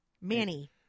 Manny